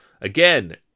Again